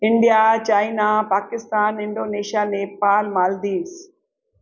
India China Pakistan Indonesia Nepal Maldives